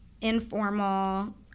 informal